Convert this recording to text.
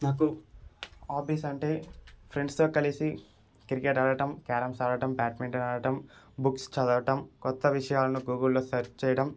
నాకు హాబీస్ అంటే ఫ్రెండ్స్తో కలిసి క్రికెట్ ఆడటం క్యారమ్స్ ఆడటం బ్యాడ్మింటన్ ఆడటం బుక్స్ చదవటం కొత్త విషయాలను గూగుల్లో సర్చ్ చేయటం